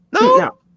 No